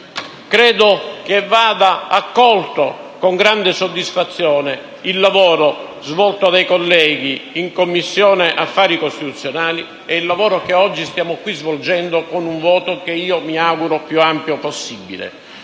credo che vada accolto con grande soddisfazione il lavoro svolto dai colleghi in Commissione affari costituzionali e il lavoro che oggi stiamo qui svolgendo con un voto che mi auguro più ampio possibile,